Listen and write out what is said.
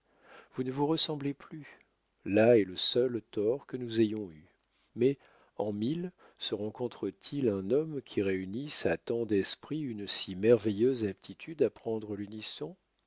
vous ne vous ressemblez plus là est le seul tort que nous ayons eu mais en mille se rencontre-t-il un homme qui réunisse à tant d'esprit une si merveilleuse aptitude à prendre l'unisson